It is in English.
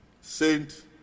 Saint